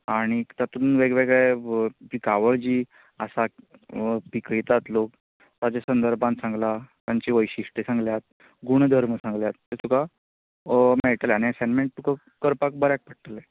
आनीक तातूंत वेगवेगळे पिकावळ जी आसा पिकयतात लोक ताजे संर्दभान सांगलां तांची वैशिश्ट सांगल्यात गुणधर्म सांगल्यात तें तुका आनी असायमेट तुका करपाक बऱ्याक पडटले